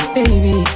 baby